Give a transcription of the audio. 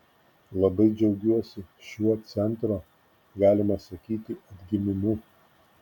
labai džiaugiuosi šiuo centro galima sakyti atgimimu